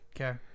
Okay